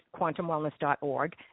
quantumwellness.org